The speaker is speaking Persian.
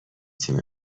تیم